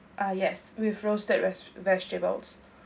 ah yes with roasted veg~ vegetables